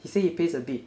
he say he pays a bit